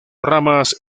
ramas